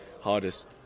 hardest